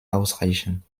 ausreichen